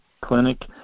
clinic